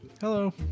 Hello